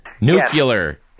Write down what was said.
nuclear